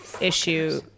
issue